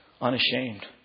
unashamed